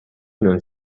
non